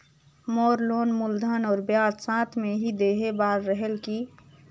मोर loan मूलधन और ब्याज साथ मे ही देहे बार रेहेल की?